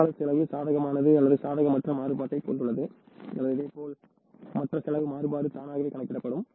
தொழிலாளர் செலவு சாதகமான அல்லது சாதகமற்ற மாறுபாட்டைக் கொண்டுள்ளது அல்லது இதேபோல் மற்ற செலவு மாறுபாடு தானாக கணக்கிடப்படும்